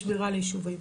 בשמירה על יישובים.